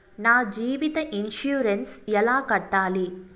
నా జీవిత ఇన్సూరెన్సు ఎలా కట్టాలి?